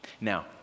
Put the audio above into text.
Now